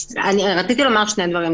רציתי לומר שני דברים.